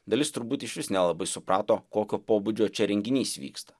dalis turbūt išvis nelabai suprato kokio pobūdžio čia renginys vyksta